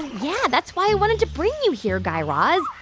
yeah. that's why i wanted to bring you here, guy raz.